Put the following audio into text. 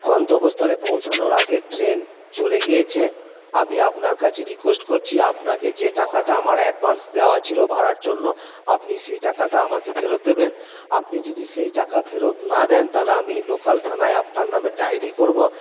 গন্তব্যস্থলে পৌঁছানোর আগের ট্রেন চলে গিয়েছে আমি আপনার কাছে রিকোয়েস্ট করছি আপনাকে যে টাকাটা আমার অ্যাডভান্স দেওয়া ছিল ভাড়ার জন্য আপনি সেই টাকাটা আমাকে ফেরত দেবেন আপনি যদি সেই টাকা ফেরত না দেন তাহলে আমি লোকাল থানায় আপনার নামে ডায়রি করবো